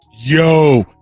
Yo